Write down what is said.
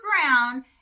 ground